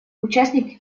участники